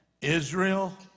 Israel